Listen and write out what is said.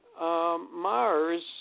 Mars